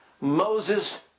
Moses